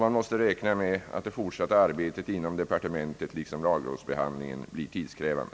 Man måste räkna med att det fortsatta arbetet inom justitiedepartementet liksom lagrådsbehandlingen blir tidskrävande.